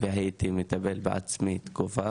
והייתי מטפל בעצמי תקופה,